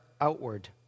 outward